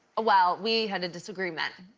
well, we had a disagreement.